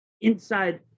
inside